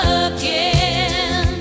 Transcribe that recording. again